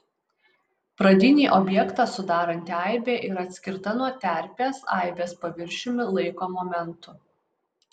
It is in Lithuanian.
pradinį objektą sudaranti aibė yra atskirta nuo terpės aibės paviršiumi laiko momentu